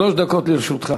שלוש דקות לרשותך.